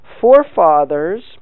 forefathers